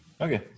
Okay